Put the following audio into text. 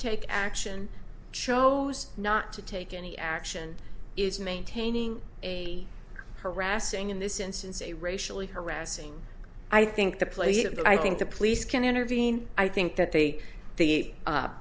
take action chose not to take any action is maintaining a harassing in this instance a racially harassing i think the place you know that i think the police can intervene i think that they the